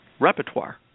repertoire